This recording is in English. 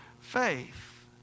faith